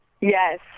Yes